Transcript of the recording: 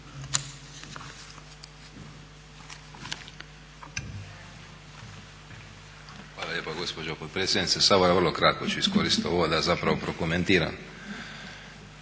Hvala lijepo gospođo potpredsjednice Sabora, vrlo kratko ću iskoristiti ovo da zapravo prokomentiram